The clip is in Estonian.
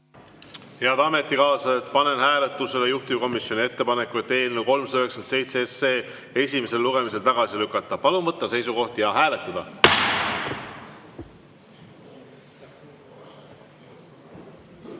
Head ametikaaslased, panen hääletusele juhtivkomisjoni ettepaneku eelnõu 397 esimesel lugemisel tagasi lükata. Palun võtta seisukoht ja hääletada!